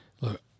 look